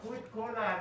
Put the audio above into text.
הפכו את כל הערים